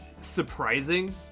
Surprising